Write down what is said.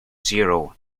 zero